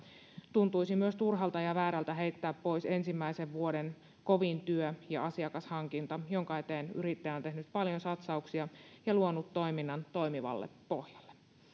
tuntuisi myös turhalta ja väärältä heittää pois ensimmäisen vuoden kovin työ ja asiakashankinta jonka eteen yrittäjä on tehnyt paljon satsauksia ja luonut toiminnan toimivalle pohjalle